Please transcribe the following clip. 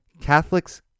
Catholics